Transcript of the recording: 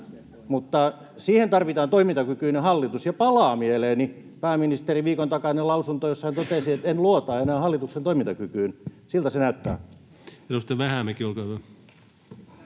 mutta siihen tarvitaan toimintakykyinen hallitus. Ja palaa mieleeni pääministerin viikon takainen lausunto, jossa hän totesi, että ei luota enää hallituksen toimintakykyyn. Siltä se näyttää. [Speech 65] Speaker: